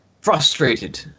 frustrated